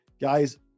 guys